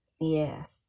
Yes